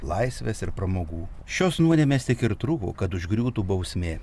laisvės ir pramogų šios nuodėmės tik ir trūko kad užgriūtų bausmė